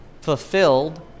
fulfilled